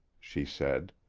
she said.